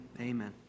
Amen